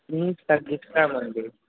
తగ్గిస్తామండి